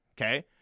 okay